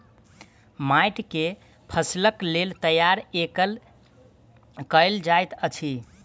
माइट के फसीलक लेल तैयार कएल जाइत अछि